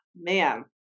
man